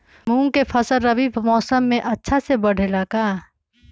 मूंग के फसल रबी मौसम में अच्छा से बढ़ ले का?